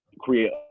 create